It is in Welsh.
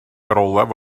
olaf